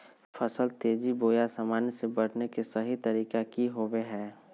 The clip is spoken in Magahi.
फसल तेजी बोया सामान्य से बढने के सहि तरीका कि होवय हैय?